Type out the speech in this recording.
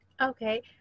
Okay